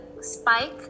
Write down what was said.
spike